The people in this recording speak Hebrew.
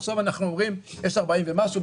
עכשיו אנחנו אומרים יש 40 ומשהו,